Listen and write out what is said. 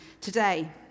today